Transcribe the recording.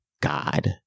god